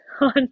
on